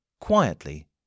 Quietly